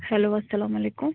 hello اَلسَلامُ علیکُم